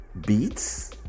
beats